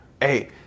hey